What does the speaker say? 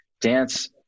dance